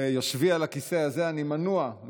ביושבי על הכיסא הזה אני מנוע,